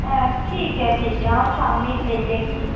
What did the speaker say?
अ ठीक ऐ ठीक ऐ अ'ऊं शामीं लेई जाह्गी